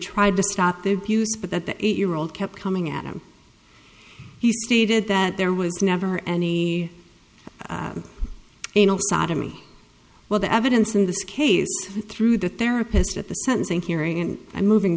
tried to stop the abuse but that the eight year old kept coming at him he stated that there was never any you know sodomy well the evidence in this case through the therapist at the sentencing hearing and i'm moving